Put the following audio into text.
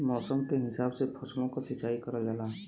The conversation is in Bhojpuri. मौसम के हिसाब से फसलो क सिंचाई करल जाला